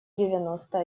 девяносто